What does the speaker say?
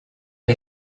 les